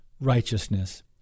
righteousness